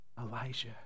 Elijah